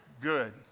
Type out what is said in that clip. good